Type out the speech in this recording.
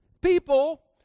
People